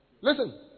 Listen